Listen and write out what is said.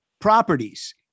properties